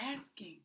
asking